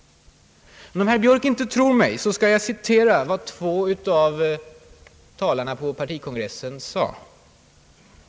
Men om herr Björk inte tror mig, skall jag citera vad två av talarna på partikongressen sade.